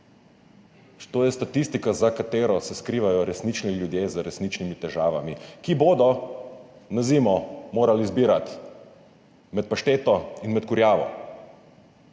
To je statistika, za katero se skrivajo resnični ljudje z resničnimi težavami, ki bodo na zimo morali izbirati med pašteto in kurjavo.